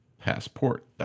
passport